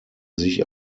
sich